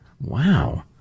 Wow